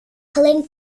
helen